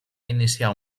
iniciar